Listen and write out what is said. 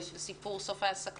בעניין סוף ההעסקה.